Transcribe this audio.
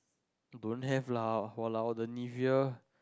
don't have lah !walao! the Nivea